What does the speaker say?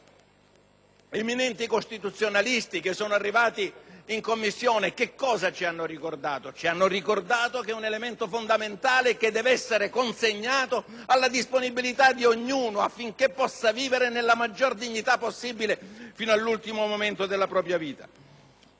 eminenti costituzionalisti ci hanno ricordato che si tratta di un momento fondamentale che deve essere consegnato alla disponibilità di ognuno affinché possa vivere nella maggiore dignità possibile fino all'ultimo momento della propria vita.